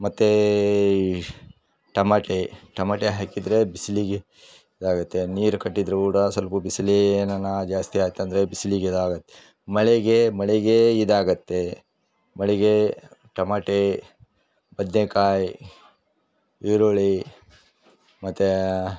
ಮತ್ತತು ಈ ಟಮಾಟೆ ಟಮಾಟೆ ಹಾಕಿದರೆ ಬಿಸಿಲಿಗೆ ಇದಾಗುತ್ತೆ ನೀರು ಕಟ್ಟಿದರು ಕೂಡ ಸ್ವಲ್ಪ ಬಿಸ್ಲೆನ ಜಾಸ್ತಿಆಯಿತಂದರೆ ಬಿಸಿಲಿಗೆ ಅದಾಗುತ್ತೆ ಮಳೆಗೆ ಮಳೆಗೆ ಇದಾಗುತ್ತೆ ಮಳೆಗೆ ಟಮಾಟೆ ಬದ್ನೆಕಾಯಿ ಈರುಳ್ಳಿ ಮತ್ತು